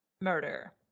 murder